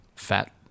Fat